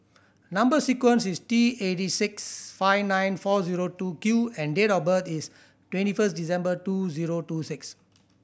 number sequence is T eighty six five nine four zero two Q and date of birth is twenty first December two zero two six